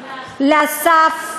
לאסף,